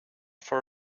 for